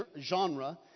genre